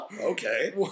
Okay